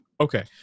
okay